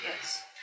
Yes